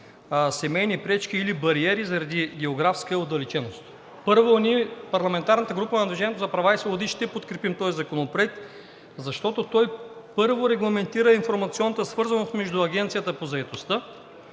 семейни пречки или бариери, заради географска отдалеченост. Първо, ние от парламентарната група на „Движение за права и свободи“ ще подкрепим този законопроект, защото той, първо, регламентира информационната свързаност между Агенцията по заетостта